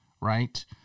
right